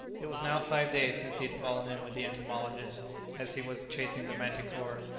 it was now five days since he had fallen in with the entomologist as he was chasing the manticora,